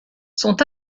sont